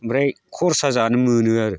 ओमफ्राय खरसा जानो मोनो आरो